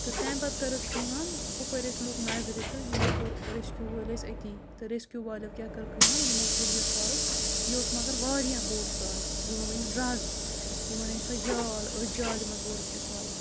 تہٕ تَمہِ پَتہٕ کٔرٕکھ کٲم ہُپٲرۍ ٲسۍ لُکھ نظرِ تہٕ یِمو کوٚر ریٚسکوٗ وٲلۍ ٲسۍ أتی تہٕ ریٚسکیوٗ والو کیٛاہ کٔر کٲم یِمو تُل یہِ سۄرُپھ یہِ اوس مگر واریاہ بوٚڑ سۄرُپھ یِمو أنۍ رَز یِمَن أنۍ سۄ جال أتھۍ جالہِ منٛز بوٚرُکھ یہِ سۄرُپھ